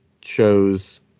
chose